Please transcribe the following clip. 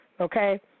Okay